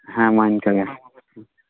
ᱦᱮᱸ ᱢᱟ ᱤᱱᱠᱟᱹ ᱜᱮ